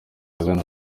ahagana